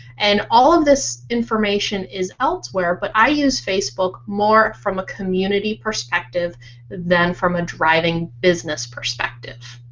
and all um this information is elsewhere but i use facebook more from a community perspective then from a driving business perspective.